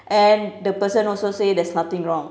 and the person also say there's nothing wrong